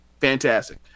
fantastic